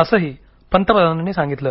असही पंतप्रधानांनी सांगितलं